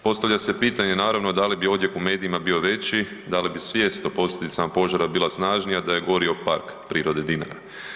Postavlja se pitanje naravno da li bi odjek po medijima bio veći, da li bi svijest o posljedicama požara bila snažnija da je gori Park prirode „Dinara“